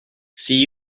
see